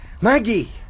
Maggie